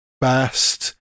best